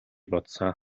бодсон